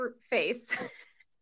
face